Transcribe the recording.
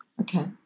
Okay